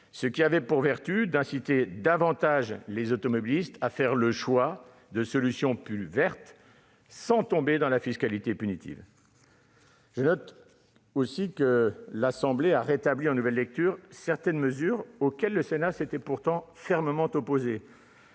Cela aurait permis d'inciter davantage les automobilistes à faire le choix de solutions plus « vertes », sans tomber dans la fiscalité punitive. Je note que l'Assemblée nationale a rétabli en nouvelle lecture certaines mesures auxquelles le Sénat s'était fermement opposé,